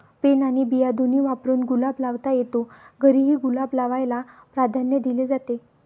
pen आणि बिया दोन्ही वापरून गुलाब लावता येतो, घरीही गुलाब लावायला प्राधान्य दिले जाते